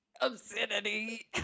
obscenity